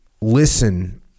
listen